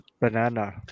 Banana